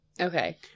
Okay